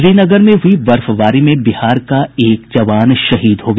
श्रीनगर में हुई बर्फबारी में बिहार का एक जवान शहीद हो गया